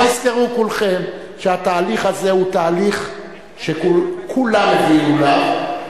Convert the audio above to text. אבל זכרו כולכם שהתהליך הזה הוא תהליך שכולם הביאו אליו.